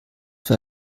für